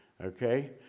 Okay